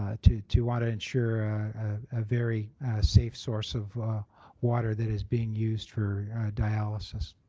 ah to to want to ensure a very safe source of water that is being used for dialysis.